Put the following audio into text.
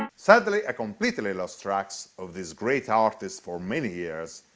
sadly i completely lost tracks of this great artist for many years,